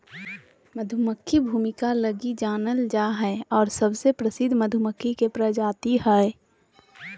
मधुमक्खी भूमिका लगी जानल जा हइ और सबसे प्रसिद्ध मधुमक्खी के प्रजाति हइ